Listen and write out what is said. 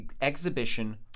Exhibition